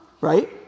Right